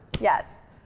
yes